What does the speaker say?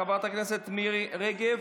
חברת הכנסת מירי רגב,